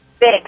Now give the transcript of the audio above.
Big